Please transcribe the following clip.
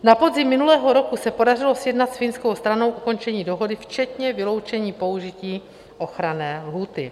Na podzim minulého roku se podařilo sjednat s finskou stranou ukončení dohody včetně vyloučení použití ochranné lhůty.